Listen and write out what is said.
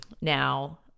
Now